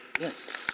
Yes